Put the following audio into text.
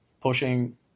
pushing